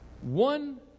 One